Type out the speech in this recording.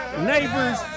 neighbors